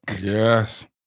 yes